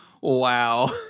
Wow